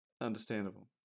understandable